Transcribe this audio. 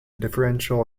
differential